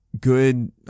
good